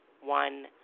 one